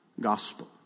gospel